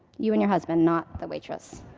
you and your husband, not the waitress.